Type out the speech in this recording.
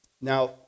Now